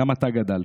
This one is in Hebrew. גם אתה גדלת.